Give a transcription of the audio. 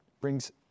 brings